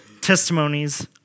testimonies